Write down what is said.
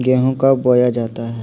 गेंहू कब बोया जाता हैं?